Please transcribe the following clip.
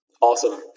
Awesome